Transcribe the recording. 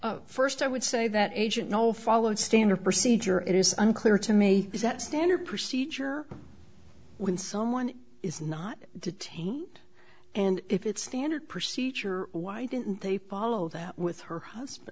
detained first i would say that agent no followed standard procedure it is unclear to me is that standard procedure when someone is not detained and if it's standard procedure why didn't they follow that with her husband